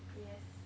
yes